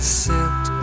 sit